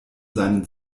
seinen